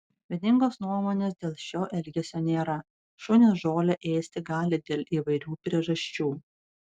vieningos nuomonės dėl šio elgesio nėra šunys žolę ėsti gali dėl įvairių priežasčių